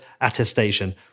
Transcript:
attestation